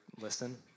listen